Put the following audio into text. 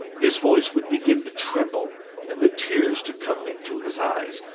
his voice would begin to tremble and the tears to come into his eyes,